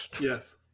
Yes